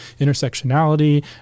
intersectionality